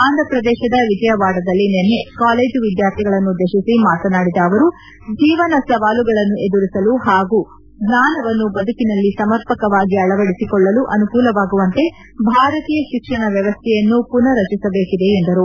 ಆಂಧ್ರಪ್ರದೇಶದ ವಿಜಯವಾಡದಲ್ಲಿ ನಿನ್ನೆ ಕಾಲೇಜು ವಿದ್ಕಾರ್ಥಿಗಳನ್ನುದ್ದೇಶಿಸಿ ಮಾತನಾಡಿದ ಅವರು ಜೀವನದ ಸವಾಲುಗಳನ್ನು ಎದುರಿಸಲು ಹಾಗೂ ಜ್ಞಾನವನ್ನು ಬದುಕಿನಲ್ಲಿ ಸಮರ್ಪಕವಾಗಿ ಅಳವಡಿಸಿಕೊಳ್ಳಲು ಅನುಕೂಲವಾಗುವಂತೆ ಭಾರತೀಯ ಶಿಕ್ಷಣ ವ್ಯವಸ್ಥೆಯನ್ನು ಮನರ್ ರಚಿಸಬೇಕಿದೆ ಎಂದರು